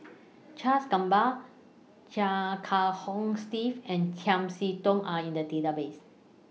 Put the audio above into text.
Charles Gamba Chia Kiah Hong Steve and Chiam See Tong Are in The Database